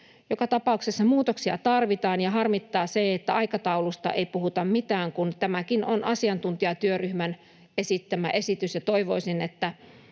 Joka tapauksessa muutoksia tarvitaan, ja harmittaa se, että aikataulusta ei puhuta mitään, kun tämäkin on asiantuntijatyöryhmän esittämä esitys, ja toivoisin, että